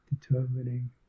determining